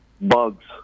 Bugs